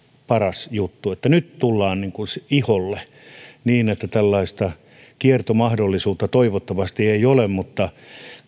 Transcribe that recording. paras juttu että nyt tullaan niin kuin iholle niin että tällaista kiertomahdollisuutta toivottavasti ei ole mutta